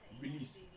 release